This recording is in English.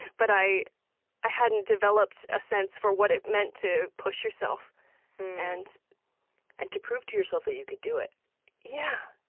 but i hadn't developed a sense for what it meant to push yourself and and to prove to yourself that you could do it yeah.